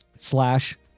slash